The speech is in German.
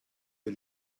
die